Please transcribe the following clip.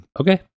okay